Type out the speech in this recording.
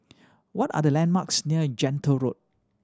what are the landmarks near Gentle Road